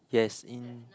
yes in